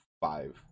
five